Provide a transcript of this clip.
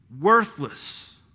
worthless